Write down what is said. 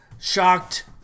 shocked